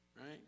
Right